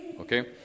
okay